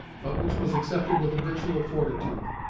but which was accepted with habitual fortitude.